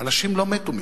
אנשים לא מתו מסרטן.